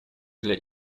для